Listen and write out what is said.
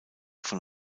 von